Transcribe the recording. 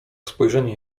spojrzenie